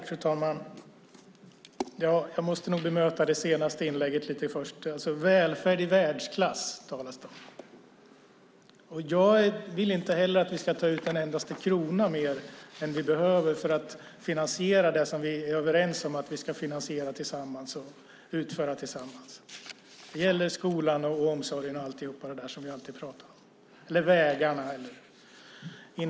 Fru talman! Jag måste först bemöta det senaste inlägget. Det talas om välfärd i världsklass. Jag vill inte heller att vi ska ta ut en endaste krona mer än vi behöver för att finansiera det som vi är överens om att vi ska finansiera och utföra tillsammans. Det gäller skolan, omsorgen, vägarna och allt det där som vi alltid pratar om.